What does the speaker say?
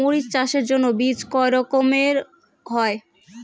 মরিচ চাষের জন্য বীজ কয় রকমের হয়?